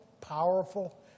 powerful